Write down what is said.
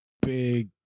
big